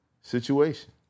situation